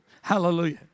Hallelujah